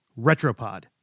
Retropod